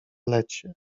lecie